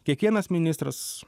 kiekvienas ministras